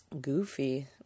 goofy